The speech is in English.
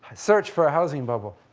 search for a housing bubble.